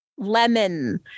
lemon